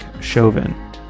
Chauvin